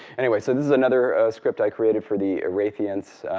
anyway, so this is another script i created for the irathients.